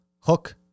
Hook